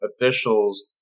officials